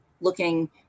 looking